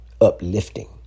uplifting